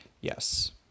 Yes